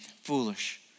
foolish